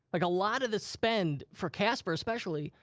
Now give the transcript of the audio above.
like a lot of the spend, for casper especially,